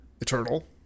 Eternal